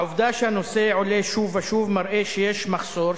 העובדה שהנושא עולה שוב ושוב מראה שיש מחסור,